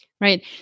Right